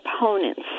opponents